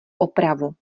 opravu